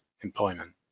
employment